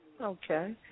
Okay